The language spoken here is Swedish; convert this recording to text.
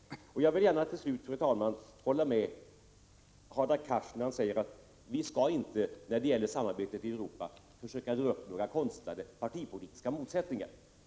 Jag vill till slut, fru talman, gärna instämma i det som Hadar Cars sade om att vi när det gäller samarbete i Europa inte skall försöka skapa några konstlade partipolitiska motsättningar.